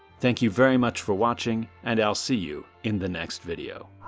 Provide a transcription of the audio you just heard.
thank you very much for watching and i'll see you in the next video.